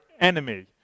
enemy